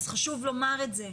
חשוב לומר את זה.